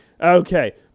Okay